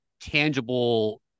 tangible